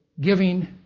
giving